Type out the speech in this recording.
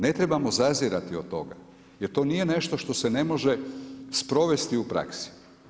Ne trebamo zazirati od toga jer to nije nešto što se ne može sprovesti u praksi.